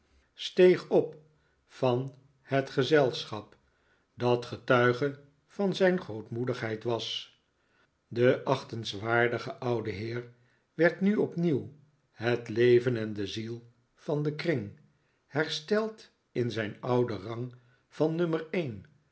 to steeg op uit het gezelschap dat getuige van zijn grootmoedigheid was de achtenswaardige oude heer werd nu opnieuw het leven en de ziel van den kring hersteld in zijn ouden rang van nummer